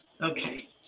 Okay